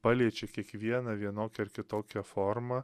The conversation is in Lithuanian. paliečia kiekvieną vienokia ar kitokia forma